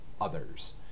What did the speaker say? others